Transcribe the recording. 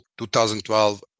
2012